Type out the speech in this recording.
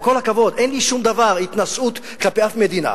עם כל הכבוד, אין לי שום התנשאות כלפי אף מדינה,